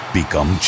become